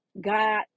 God